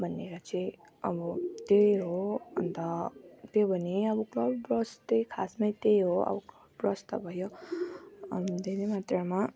भनेर चाहिँ अब त्यही हो अन्त त्यो भने अब क्लाउड बर्स्ट त्यही खासमा त्यही हो अब बर्स्ट त भयो अनि धेरै मात्रामा